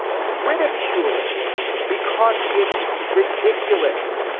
ridiculing because it's ridiculous.